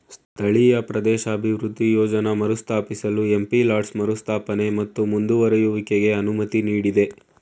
ಸ್ಥಳೀಯ ಪ್ರದೇಶಾಭಿವೃದ್ಧಿ ಯೋಜ್ನ ಮರುಸ್ಥಾಪಿಸಲು ಎಂ.ಪಿ ಲಾಡ್ಸ್ ಮರುಸ್ಥಾಪನೆ ಮತ್ತು ಮುಂದುವರೆಯುವಿಕೆಗೆ ಅನುಮತಿ ನೀಡಿದೆ